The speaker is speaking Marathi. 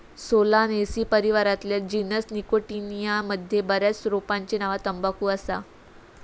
सोलानेसी परिवारातल्या जीनस निकोटियाना मध्ये बऱ्याच रोपांची नावा तंबाखू असा